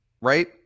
right